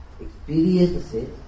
experiences